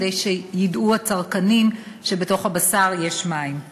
כדי שידעו הצרכנים שבתוך הבשר יש מים.